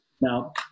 Now